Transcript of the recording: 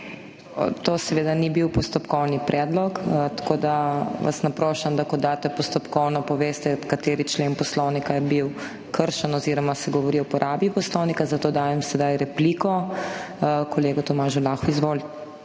To seveda ni bil postopkovni predlog, tako da vas naprošam, da ko daste postopkovno, poveste, kateri člen Poslovnika je bil kršen oziroma se govori o uporabi Poslovnika. Zato dajem sedaj repliko kolegu Tomažu Lahu. Izvolite.